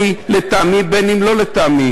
בין שהיא לטעמי בין שלא לטעמי.